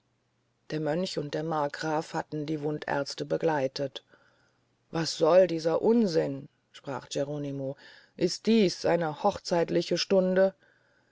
der mönch und der markgraf hatten die wundärzte begleitet was soll dieser wilde unsinn sprach geronimo ist dies eine hochzeitliche stunde